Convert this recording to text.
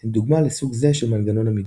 הן דוגמה לסוג זה של מנגנון עמידות.